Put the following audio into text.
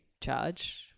charge